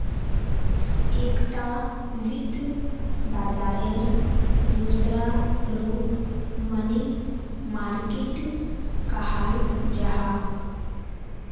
एकता वित्त बाजारेर दूसरा रूप मनी मार्किट कहाल जाहा